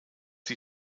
sie